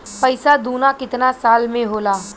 पैसा दूना कितना साल मे होला?